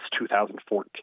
2014